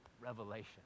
revelation